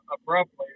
abruptly